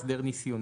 הוא הסדר ניסיוני,